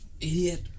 idiot